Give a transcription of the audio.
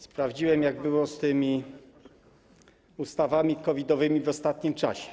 Sprawdziłem, jak było z tymi ustawami COVID-owymi w ostatnim czasie.